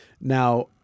Now